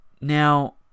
Now